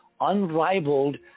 unrivaled